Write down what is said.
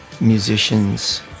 musicians